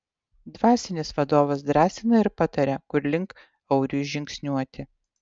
dvasinis vadovas drąsina ir pataria kur link auriui žingsniuoti